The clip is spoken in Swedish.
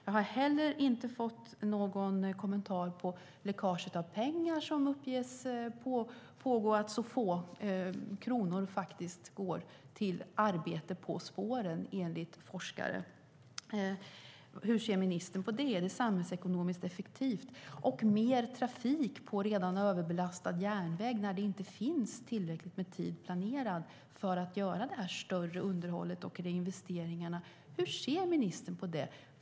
Jag har heller inte fått någon kommentar till läckaget av pengar som uppges pågå, att så få kronor faktiskt går till arbete på spåren, enligt forskare. Hur ser ministern på det? Är det samhällsekonomiskt effektivt? Och hur ser ministern på mer trafik på redan överbelastad järnväg när det inte finns tillräckligt med tid planerad för att göra det större underhållet och reinvesteringarna?